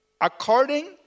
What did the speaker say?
according